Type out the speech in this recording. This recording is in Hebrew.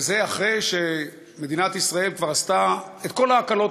וזה אחרי שמדינת ישראל כבר עשתה את כל ההקלות